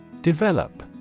Develop